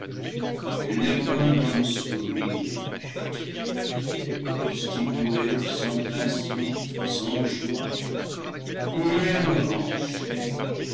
il n'est point dans le sourire acheté des prostituées sans passion sans joie que rien ne rend